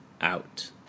out